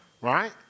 Right